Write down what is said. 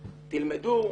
תלמדו,